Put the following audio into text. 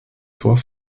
tor